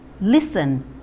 Listen